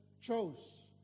chose